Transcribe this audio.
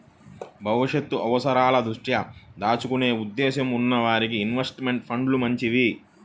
భవిష్యత్తు అవసరాల దృష్ట్యా దాచుకునే ఉద్దేశ్యం ఉన్న వారికి ఇన్వెస్ట్ ఫండ్లు మంచివి